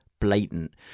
blatant